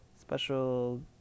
Special